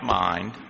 mind